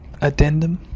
addendum